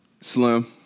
Slim